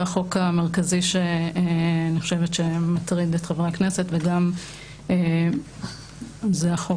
זה החוק המרכזי שאני חושבת שמטריד את חברי הכנסת וגם זה החוק